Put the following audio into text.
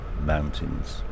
mountains